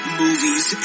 movies